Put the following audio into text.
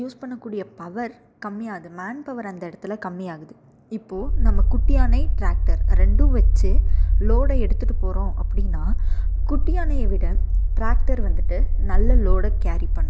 use பண்ணக் கூடிய power கம்மியாது மேன் பவர் அந்த இடத்துல கம்மியாகுது இப்போ நம்ம குட்டியானை டிராக்டர் ரெண்டும் வச்சு லோடை எடுத்துகிட்டு போகிறோம் அப்படின்னா குட்டி யானையை விட டிராக்டர் வந்துட்டு நல்ல லோடை கேரி பண்ணும்